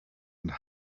and